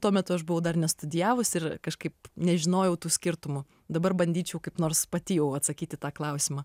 tuo metu aš buvau dar nestudijavusi ir kažkaip nežinojau tų skirtumų dabar bandyčiau kaip nors pati jau atsakyt į tą klausimą